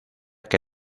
que